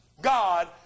God